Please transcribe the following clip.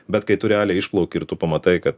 bet kai tu realiai išplauki ir tu pamatai kad